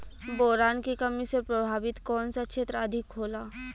Boron के कमी से प्रभावित कौन सा क्षेत्र अधिक होला?